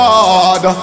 Lord